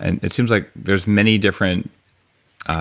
and it seems like there's many different